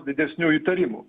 didesnių įtarimų